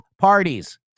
parties